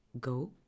go